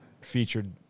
featured